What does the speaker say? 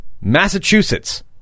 Massachusetts